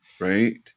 right